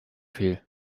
fehl